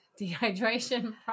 dehydration